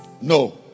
No